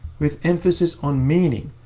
with emphasis on meaning,